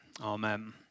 amen